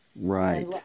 Right